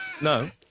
no